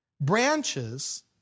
Branches